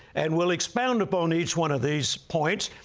and we'll expound upon each one of these points,